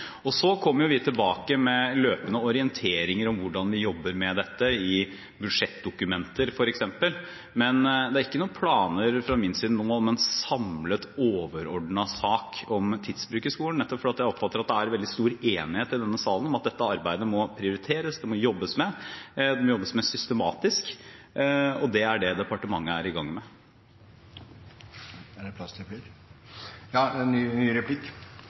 Vi kommer tilbake med løpende orienteringer om hvordan vi jobber med dette i budsjettdokumenter, f.eks., men det er ikke noen planer fra min side nå om en samlet, overordnet sak om tidsbruk i skolen, nettopp fordi jeg oppfatter at det er veldig stor enighet i denne salen om at dette arbeidet må prioriteres, det må jobbes med, det må jobbes med systematisk, og det er det departementet er i gang med. Jeg forstår at det